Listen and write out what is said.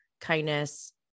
kindness